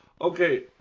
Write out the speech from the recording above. Okay